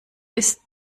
ist